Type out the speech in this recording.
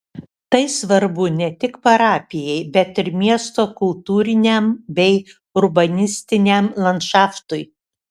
tai svarbu ne tik parapijai bet ir miesto kultūriniam bei urbanistiniam landšaftui